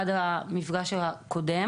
עד המפגש הקודם